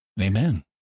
Amen